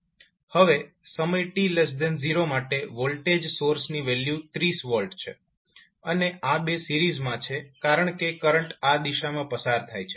હવે સમય t0 માટે વોલ્ટેજ સોર્સની વેલ્યુ 30V છે અને આ બે સિરીઝમાં છે કારણ કે કરંટ આ દિશામાં પસાર થાય છે